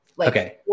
Okay